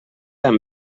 amb